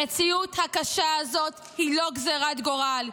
המציאות הקשה הזאת היא לא גזרת גורל,